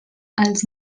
els